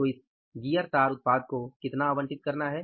तो इस गियर तार उत्पाद को कितना आवंटित करना है